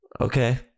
Okay